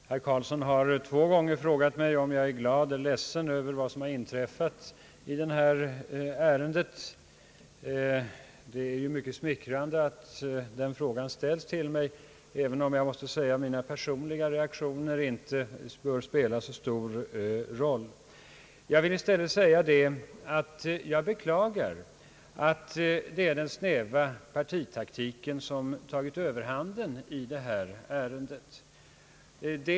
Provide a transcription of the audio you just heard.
Herr talman! Herr Karlsson har två gånger frågat mig om jag är glad eller ledsen över vad som har inträffat i detta ärende. Det är mycket smickrande att den frågan ställs till mig, även om jag måste säga att mina personliga reaktioner inte bör spela så stor roll. Jag vill i stället framhålla att jag beklagar att det är den snäva partitaktiken som tagit överhand i detta ärende.